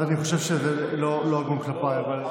אז אני חושב שזה לא הגון כלפיי.